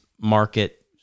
market